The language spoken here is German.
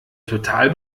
total